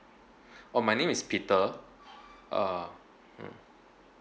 oh my name is peter uh mm